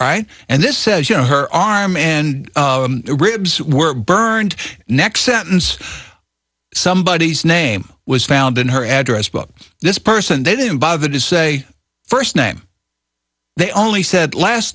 right and this says you know her arm and ribs were burned next sentence somebody whose name was found in her address book this person they didn't bother to say first name they only said last